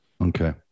Okay